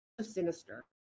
sinister